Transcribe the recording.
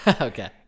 Okay